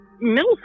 middle